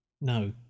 No